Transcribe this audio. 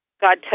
God